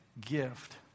gift